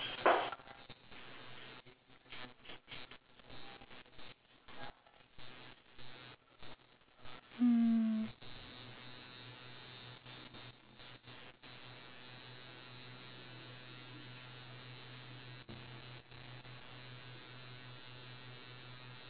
mm